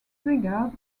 triggered